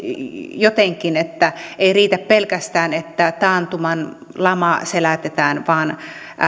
jotenkin että ei riitä pelkästään että lama selätetään vaan